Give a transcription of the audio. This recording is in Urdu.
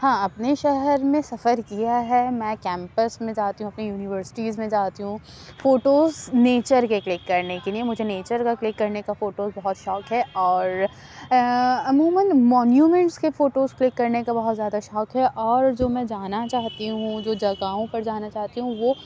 ہاں اپنے شہر میں سفر کیا ہے میں کیمپس میں جاتی ہوں اپنی یونیورسٹیز میں جاتی ہوں فوٹوز یچر کے کلک کرنے کے لیے مجھے نیچر کا کلک کرنے کا فوٹو بہت شوق ہے اور عموماً مونومینٹس کے فوٹوز کلک کرنے کا بہت زیادہ شوق ہے اور جو میں جانا چاہتی ہوں جو جگہوں پر جانا چاہتی ہوں وہ